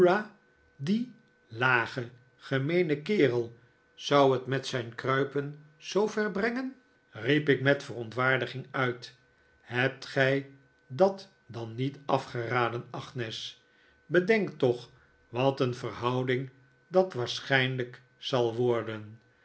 die lage gemeene kerel zou het met zijn kruipen zoover brengen riep ik met verontwaardiging uit hebt gij dat dan niet afgeraden agnes bedenk toch wat een verhouding dat waarschijnlijk zal worden